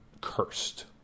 cursed